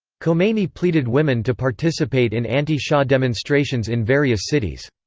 khomeini pleaded women to participate in anti-shah demonstrations in various cities.